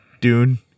Dune